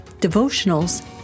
devotionals